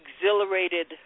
exhilarated